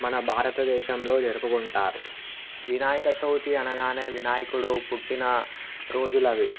మన భారతదేశంలో జరుపుకుంటారు వినాయక చవితి అనగానే వినాయకుడు పుట్టిన రోజులు అవి